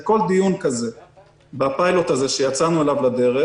לכל דיון כזה בפיילוט הזה שיצאנו אליו לדרך